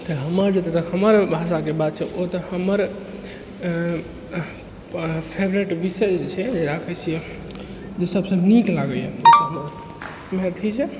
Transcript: तऽ हमर जतऽ तक हमर भाषाके बात छै ओतऽ हमर अऽ फेवरेट विषय जे छै राखै छियै जे सभसँ नीक लागैए मैथ ही छै